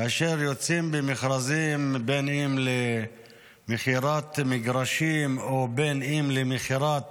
כאשר יוצאים במכרזים, אם למכירת מגרשים ואם למכירת